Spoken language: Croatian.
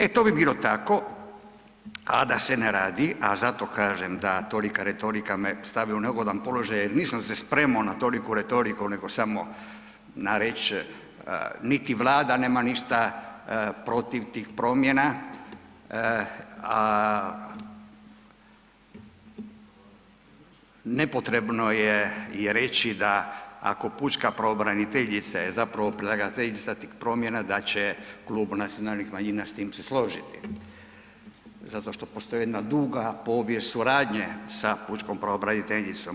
E, to bi bilo tako, a da se ne radi, a zato kažem da tolika retorika me stavi u neugodan položaj jer nisam se spremao na toliku retoriku nego samo na reć niti Vlada nema ništa protiv tih promjena, a nepotrebno je i reći da ako pučka pravobraniteljica je zapravo predlagateljica tih promjena da će Klub nacionalnih manjina s tim se složiti zato što postoji jedna duga povijest suradnje sa pučkom pravobraniteljicom.